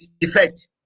effect